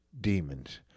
demons